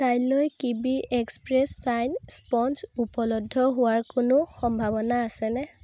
কাইলৈ Kiwi Express Shine Sponge উপলব্ধ হোৱাৰ কোনো সম্ভাৱনা আছেনে